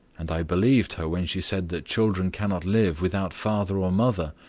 and i believed her when she said that children cannot live without father or mother